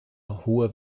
hohe